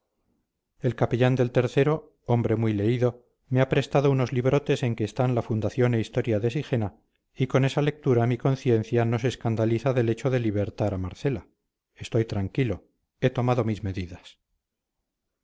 el capellán del o hombre muy leído me ha prestado unos librotes en que están la fundación e historia de sigena y con esa lectura mi conciencia no se escandaliza del hecho de libertar a marcela estoy tranquilo he tomado mis medidas